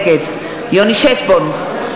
נגד יוני שטבון,